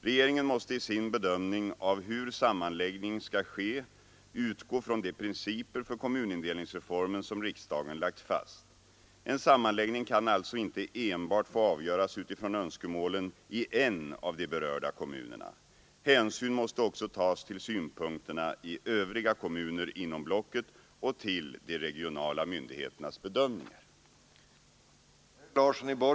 Regeringen måste i sin bedömning av hur sammanläggning skall ske utgå från de principer för kommunindelningsreformen som riksdagen lagt fast. En sammanläggning kan alltså inte enbart få avgöras utifrån önskemålen i en av de berörda kommunerna. Hänsyn måste också tas till synpunkterna i övriga kommuner inom blocket och till de regionala myndigheternas bedömningar.